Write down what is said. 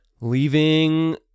leaving